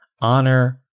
Honor